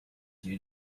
you